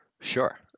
sure